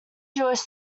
jewish